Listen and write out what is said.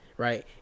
Right